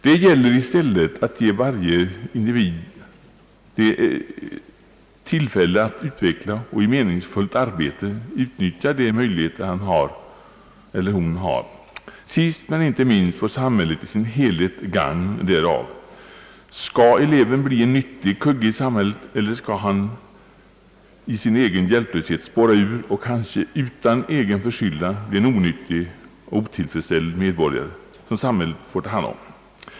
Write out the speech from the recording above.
Det gäller att ge varje individ tillfälle att utveckla och i meningsfullt arbete utnyttja de möjligheter han eller hon har. Sist men inte minst får samhället i sin helhet gagnet därav. Skall eleven bli en nyttig kugge i samhället, eller skall han i sin egen hjälplöshet spåra ur och kanske utan egen förskyllan bli en onyttig och otillfredsställd medborgare, som samhället får ta hand om?